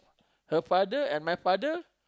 her father and my father